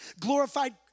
glorified